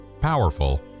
powerful